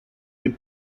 des